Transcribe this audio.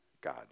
God